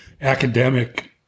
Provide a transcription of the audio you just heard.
academic